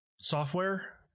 software